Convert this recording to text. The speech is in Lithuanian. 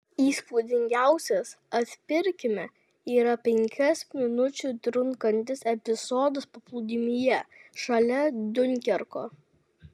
įspūdingiausias atpirkime yra penkias minučių trunkantis epizodas paplūdimyje šalia diunkerko